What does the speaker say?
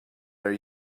are